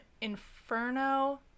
Inferno